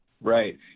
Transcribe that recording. Right